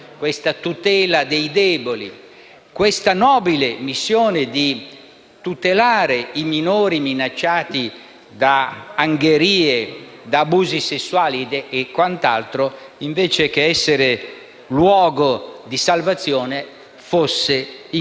questa tutela dei deboli, questa nobile missione di tutelare i minori minacciati da angherie, da abusi sessuali e quant'altro, invece che essere causa di salvazione, fosse circostanza